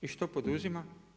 I što poduzima?